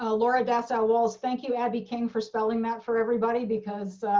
ah laura data walls. thank you. abby came for spelling that for everybody because,